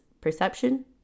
perception